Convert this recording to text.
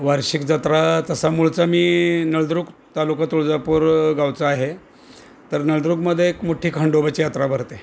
वार्षिक जत्रा तसा मूळचा मी नळदुर्ग तालुका तुळजापूर गावचा आहे तर नळदुर्गमध्ये एक मोठ्ठी खंडोबाची यात्रा भरते